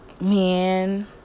man